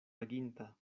aginta